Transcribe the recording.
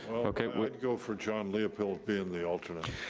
okay. well, i'd go for john leopold being the alternate.